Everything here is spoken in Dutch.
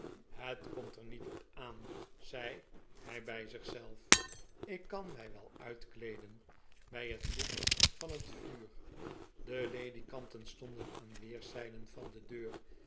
het komt er niet op aan zei hij bij zich zelf ik kan mij wel uitkleeden bij het licht van het vuur de ledikanten stonden aan weerszijden van de deur